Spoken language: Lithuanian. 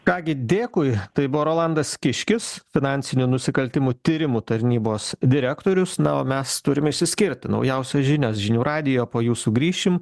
ką gi dėkui tai buvo rolandas kiškis finansinių nusikaltimų tyrimo tarnybos direktorius na o mes turime išsiskirti naujausios žinios žinių radijo po jų sugrįšim